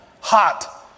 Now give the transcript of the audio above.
hot